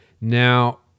Now